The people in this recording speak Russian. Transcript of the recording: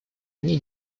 они